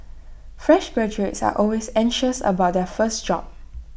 fresh graduates are always anxious about their first job